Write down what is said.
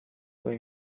were